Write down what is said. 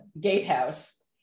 gatehouse